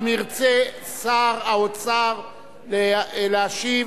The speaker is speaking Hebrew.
אם ירצה שר האוצר להשיב